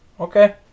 Okay